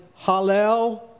hallel